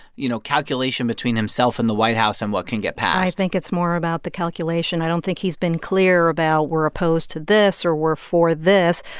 you know, calculation between himself and the white house on what can get passed? i think it's more about the calculation. i don't think he's been clear about we're opposed to this or we're for this.